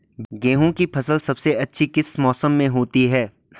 गेहूँ की फसल सबसे अच्छी किस मौसम में होती है